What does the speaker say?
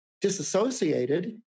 disassociated